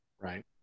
right